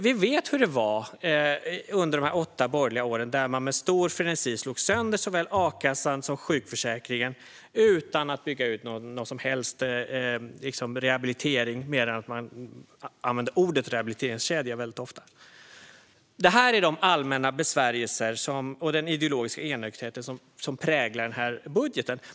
Vi vet hur det var under de borgerliga åtta åren då man med stor frenesi slog sönder såväl a-kassan som sjukförsäkringen utan att bygga ut någon som helst rehabilitering trots att man använde ordet rehabiliteringskedja väldigt ofta. Det här är de allmänna besvärjelser och den ideologiska enögdhet som präglar den här budgeten.